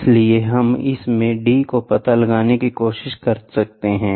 इसलिए हम इसमें d को पता लगाने की कोशिश कर सकते हैं